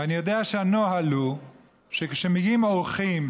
ואני יודע שהנוהל הוא שכשמגיעים אורחים,